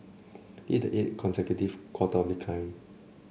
this is the consecutive quarter of decline